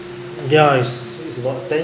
yeah it's it's about ten